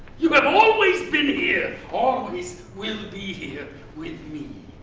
you have always been here, always will be here with me.